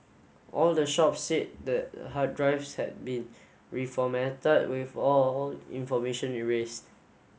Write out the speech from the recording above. all the shops said the hard drives had been reformatted with all information erased